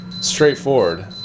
straightforward